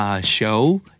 show